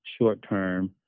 short-term